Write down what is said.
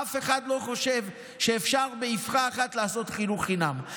אף אחד לא חושב שאפשר באבחה אחת לעשות חינוך חינם,